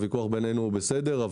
הוויכוח בינינו הוא בסדר,